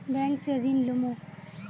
Bank से ऋण लुमू?